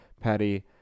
Patty